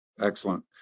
excellent